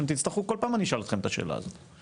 וכל פעם אשאל אתכם את השאלה הזו.